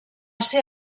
ser